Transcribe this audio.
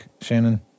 Shannon